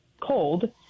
cold